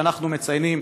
שאנחנו מציינים,